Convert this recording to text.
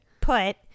put